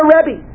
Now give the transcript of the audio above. Rebbe